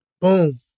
Boom